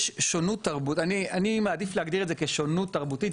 אני מעדיף להגדיר את זה כשונות תרבותית